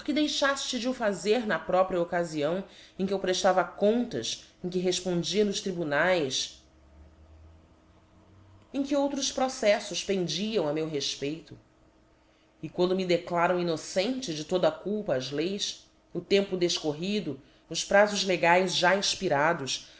deixaíle de o fazer na própria occaiião em que eu preitava contas em que reípondia nos tribunaes em que outros processos pendiam a meu refpeito e quando me declaram innocente de toda a culpa as leis o tempo defcorrído os prazos legaes já expirados